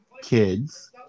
Kids